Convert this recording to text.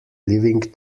living